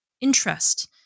interest